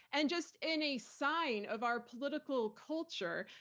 and just in a sign of our political culture,